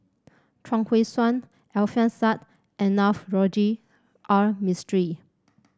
Chuang Hui Tsuan Alfian Sa'at and Navroji R Mistri